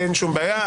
אין שום בעיה.